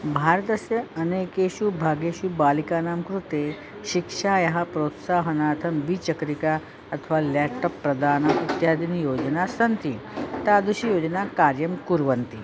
भारतस्य अनेकेषु भागेषु बालिकानां कृते शिक्षायाः प्रोत्साहनार्थं द्विचक्रिका अथवा लेट्टप् प्रदानं इत्यादीनि योजनास्सन्ति तादृशी योजना कार्यं कुर्वन्ति